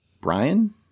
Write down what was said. Brian